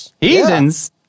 Heathens